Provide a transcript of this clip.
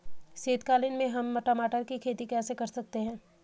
शीतकालीन में हम टमाटर की खेती कैसे कर सकते हैं?